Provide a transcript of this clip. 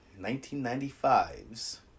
1995's